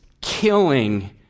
killing